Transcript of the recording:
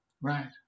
Right